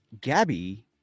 Gabby